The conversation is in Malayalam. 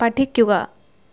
പഠിക്കുക